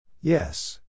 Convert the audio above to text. Yes